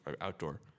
outdoor